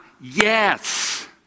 Yes